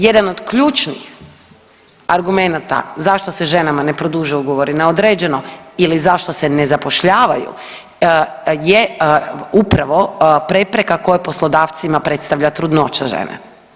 Jedan od ključnih argumenata zašto se ženama ne produžuju ugovori na određeno ili zašto se ne zapošljavaju je upravo prepreka koja poslodavcima predstavlja trudnoća žene.